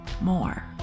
more